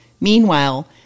Meanwhile